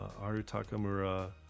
Arutakamura